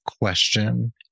question